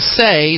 say